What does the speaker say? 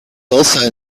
also